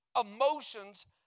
Emotions